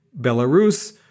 Belarus